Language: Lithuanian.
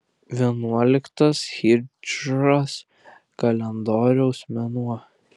vienuoliktas hidžros kalendoriaus mėnuo